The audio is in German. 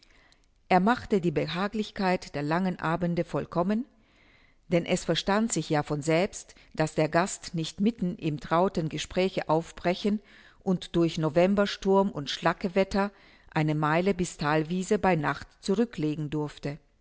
er machte die behaglichkeit der langen abende vollkommen denn es verstand sich ja von selbst daß der gast nicht mitten im trauten gespräche aufbrechen und durch novembersturm und schlackerwetter eine meile bis thalwiese bei nacht zurücklegen durfte